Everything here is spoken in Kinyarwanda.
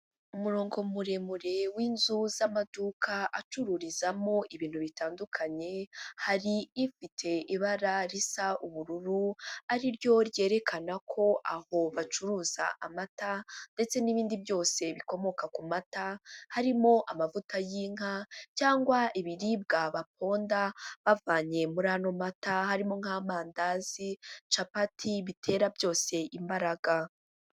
Umurongo muremure w'inzu z'amaduka acururizamo ibintu bitandukanye, hari ifite ibara risa ubururu ariryo ryerekana ko aho bacuruza amata ndetse n'ibindi byose bikomoka ku mata harimo amavuta y'inka cyangwa ibiribwa baponda bavanye muri ano mata harimo nk'amandazi, capati bitera byose imbaraga.